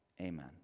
amen